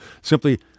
simply